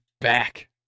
back